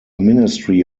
ministry